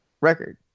record